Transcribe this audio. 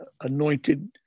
anointed